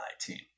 team